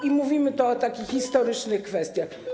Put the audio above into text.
I mówimy tu o takich historycznych kwestiach.